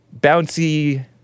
bouncy